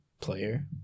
player